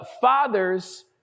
fathers